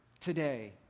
today